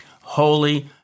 holy